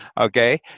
okay